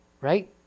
Right